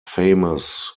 famous